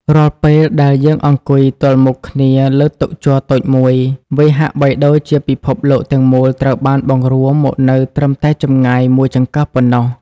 រាល់ពេលដែលយើងអង្គុយទល់មុខគ្នាលើតុជ័រតូចមួយ វាហាក់បីដូចជាពិភពលោកទាំងមូលត្រូវបានបង្រួមមកនៅត្រឹមតែចម្ងាយមួយចង្កឹះប៉ុណ្ណោះ។